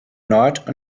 nord